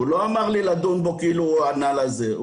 הוא לא אמר לי לדון בו כאילו הוא ענה לזה...